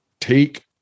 take